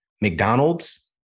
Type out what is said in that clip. McDonald's